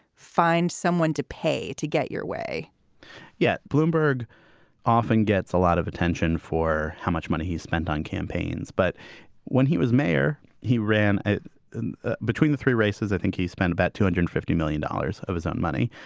find someone to pay to get your way yet bloomberg often gets a lot of attention for how much money he's spent on campaigns. but when he was mayor, he ran and between the three races. i think he spent about two hundred and fifty million dollars of his own money.